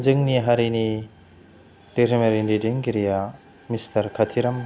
जोंनि हारिनि धाेरोमारि दैदेनगिरिया मिस्टार काथिराम